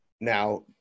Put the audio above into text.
Now